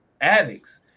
addicts